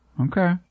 Okay